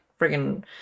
freaking